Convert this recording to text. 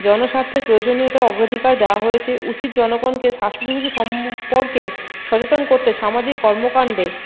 জনস্বার্থে প্রয়োজনীয়তা অগ্রধিকার দেওয়া হয়েছে উচিত জনগণকে স্বাস্থ্য সম্পর্কে সচেতন করতে সামাজিক কর্মকাণ্ডে